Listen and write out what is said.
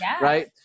right